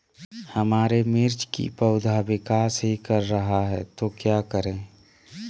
हमारे मिर्च कि पौधा विकास ही कर रहा है तो क्या करे?